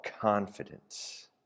confidence